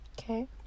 Okay